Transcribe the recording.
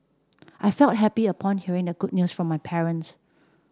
I felt happy upon hearing the good news from my parents